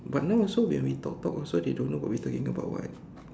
but now also when we talk talk also they don't know what we talking about [what]